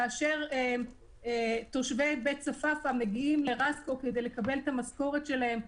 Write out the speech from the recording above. כאשר תושבי בית צפאפא מגיעים לרסקו כדי לקבל את המשכורת שלהם,